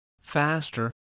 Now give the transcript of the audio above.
faster